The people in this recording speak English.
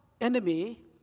enemy